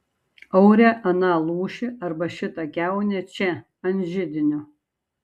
aure aną lūšį arba šitą kiaunę čia ant židinio